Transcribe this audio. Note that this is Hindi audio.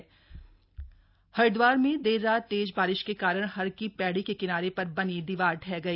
दीवाह ढही हरिद्वार में देर रात तेज बारिश के कारण हरकी पैड़ी के किनारे पर बनी दीवार ढह गई